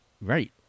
right